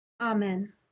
Amen